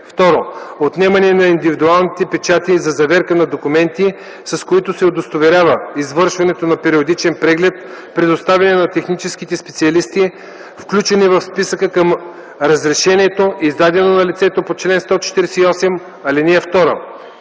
2. отнемане на индивидуалните печати за заверка на документи, с които се удостоверява извършването на периодичен преглед, предоставени на техническите специалисти, включени в списъка към разрешението, издадено на лицето по чл. 148, ал. 2;